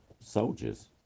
soldiers